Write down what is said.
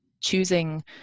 choosing